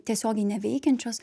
tiesiogiai neveikiančios